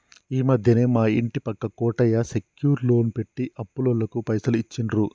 ఈ మధ్యనే మా ఇంటి పక్క కోటయ్య సెక్యూర్ లోన్ పెట్టి అప్పులోళ్లకు పైసలు ఇచ్చిండు